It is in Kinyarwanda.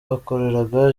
bakoreraga